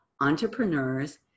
entrepreneurs